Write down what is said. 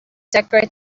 decorate